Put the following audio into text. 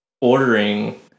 ordering